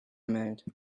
mode